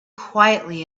quietly